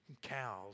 cows